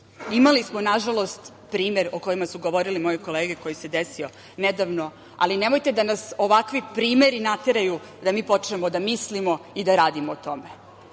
smo, nažalost, primer o kojem su govorile moje kolege koji se desio nedavno, ali nemojte da nas ovakvi primeri nateraju da mi počnemo da mislimo i da radimo o tome.